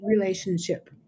relationship